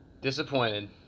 disappointed